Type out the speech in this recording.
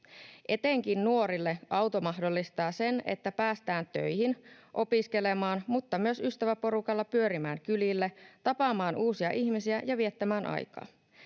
Etenkin nuorille auto mahdollistaa sen, että päästään töihin, opiskelemaan mutta myös ystäväporukalla pyörimään kylille, tapaamaan uusia ihmisiä ja viettämään aikaa.